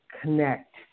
connect